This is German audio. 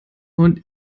und